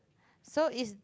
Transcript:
so it's